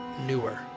newer